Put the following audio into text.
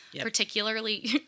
particularly